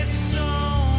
and so